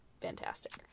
Fantastic